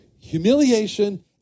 humiliation